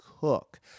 Cook